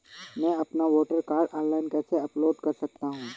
मैं अपना voter card online कैसे अपलोड कर सकता हूँ?